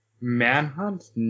Manhunt